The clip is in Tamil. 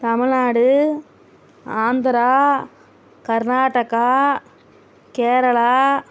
தமிழ்நாடு ஆந்த்ரா கர்நாடகா கேரளா